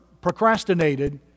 procrastinated